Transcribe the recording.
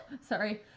Sorry